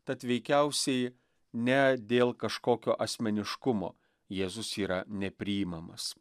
tad veikiausiai ne dėl kažkokio asmeniškumo jėzus yra nepriimamas